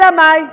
אלא מאי?